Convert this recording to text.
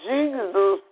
Jesus